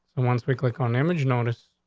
and once we click on image notice,